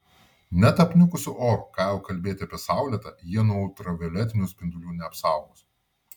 net apniukusiu oru ką jau kalbėti apie saulėtą jie nuo ultravioletinių spindulių neapsaugos